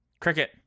Cricket